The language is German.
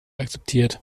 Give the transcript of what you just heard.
akzeptiert